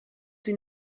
sie